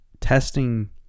testing